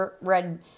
red